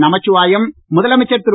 நமசிவாயம் முதலமைச்சர் திரு